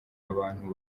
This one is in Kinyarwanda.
abantu